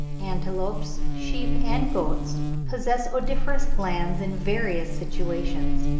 antelopes, sheep, and goats possess odoriferous glands in various situations,